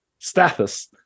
Stathis